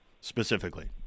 specifically